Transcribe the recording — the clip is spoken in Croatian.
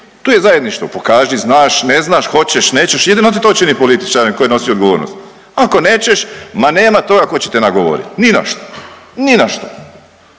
tu je zajedništvo, pokaži znaš, ne znaš, hoćeš, nećeš jedino te to čini političarem koji nosi odgovornost. Ako nećeš ma nema toga ko će te nagovorit ni na što, ni na što,